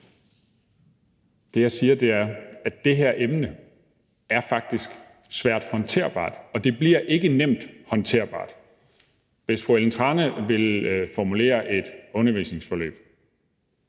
Det, jeg siger, er, at det her emne faktisk er svært håndterbart, og at det ikke bliver nemt håndterbart. Hvis fru Ellen Trane Nørby vil formulere et undervisningsforløb,